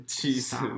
Jesus